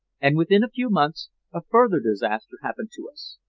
and within a few months a further disaster happened to us.